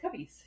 cubbies